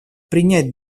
принять